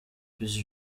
peace